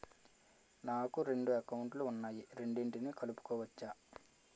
నాకు రెండు అకౌంట్ లు ఉన్నాయి రెండిటినీ కలుపుకోవచ్చా?